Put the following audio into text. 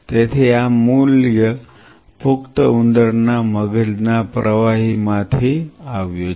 તેથી આ મૂલ્ય પુખ્ત ઉંદરના મગજના પ્રવાહીમાંથી આવ્યું છે